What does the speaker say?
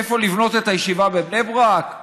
איפה לבנות את הישיבה בבני ברק?